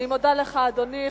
אני מודה לך, אדוני.